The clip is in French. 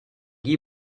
guy